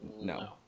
No